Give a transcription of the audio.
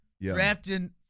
drafting